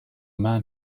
man